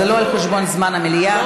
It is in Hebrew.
זה לא על חשבון זמן המליאה,